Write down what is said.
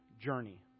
journey